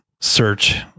search